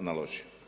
naložio.